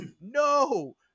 no